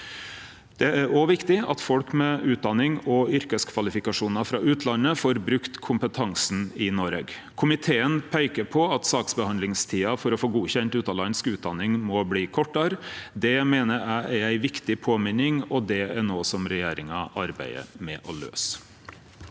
Det er òg viktig at folk med utdanning og yrkeskvalifikasjonar frå utlandet får brukt kompetansen i Noreg. Komiteen peiker på at saksbehandlingstida for å få godkjent utanlandsk utdanning må bli kortare. Det meiner eg er ei viktig påminning, og det er noko regjeringa arbeider med å løyse.